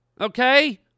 okay